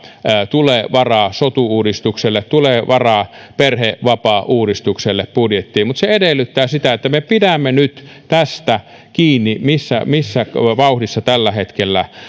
tulee varaa sotu uudistukselle tulee varaa perhevapaauudistukselle mutta se edellyttää sitä että me pidämme kiinni nyt tästä vauhdista missä tällä hetkellä